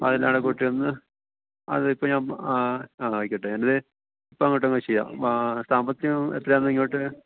അപ്പോള് അതെല്ലാം കൂടെ കൂട്ടി ഒന്ന് അത് ഇപ്പോള് ഞാന് ആയിക്കോട്ടെ നമ്മള് ഇപ്പോള് അങ്ങോട്ടൊന്നു ചെയ്യാം സാമ്പത്തികം എത്രയാണെന്ന് ഇങ്ങോട്ട്